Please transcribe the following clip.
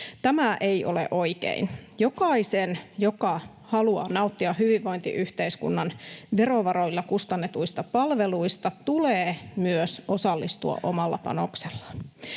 Tämä ei ole oikein. Jokaisen, joka haluaa nauttia hyvinvointiyhteiskunnan verovaroilla kustannetuista palveluista, tulee myös osallistua omalla panoksellaan.